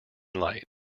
light